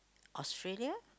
Australia